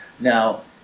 Now